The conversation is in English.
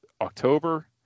October